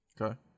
Okay